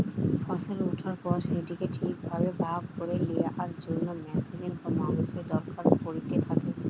ফসল ওঠার পর সেটিকে ঠিক ভাবে ভাগ করে লেয়ার জন্য মেশিনের বা মানুষের দরকার পড়িতে থাকে